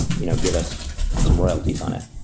you know give us some royalties on it.